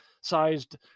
sized